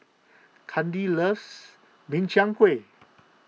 Kandi loves Min Chiang Kueh